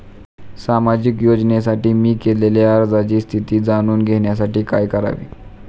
सामाजिक योजनेसाठी मी केलेल्या अर्जाची स्थिती जाणून घेण्यासाठी काय करावे?